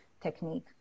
technique